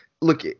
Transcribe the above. look